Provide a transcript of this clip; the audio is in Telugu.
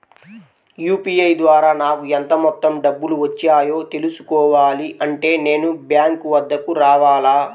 యూ.పీ.ఐ ద్వారా నాకు ఎంత మొత్తం డబ్బులు వచ్చాయో తెలుసుకోవాలి అంటే నేను బ్యాంక్ వద్దకు రావాలా?